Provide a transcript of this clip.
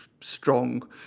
strong